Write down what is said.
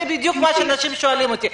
זה בדיוק מה שאנשים שואלים אותי.